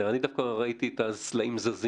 אני בא מהמקום הזה ודווקא ראיתי את הסלעים זזים.